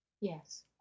Yes